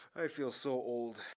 i feel so old.